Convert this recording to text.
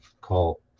call